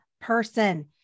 person